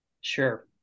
Sure